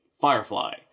Firefly